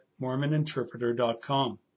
mormoninterpreter.com